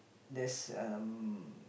there's um